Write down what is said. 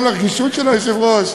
גם לרגישות של היושבת-ראש,